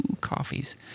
coffees